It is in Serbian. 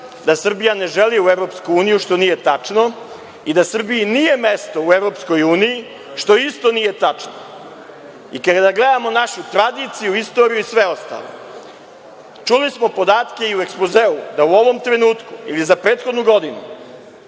Srbija ne želi u EU, što nije tačno, i da Srbiji nije mesto u EU, što isto nije tačno, i kada gledamo našu tradiciju, istoriju i sve ostalo. Čuli smo podatke i u ekspozeu da u ovom trenutku ili za prethodnu godinu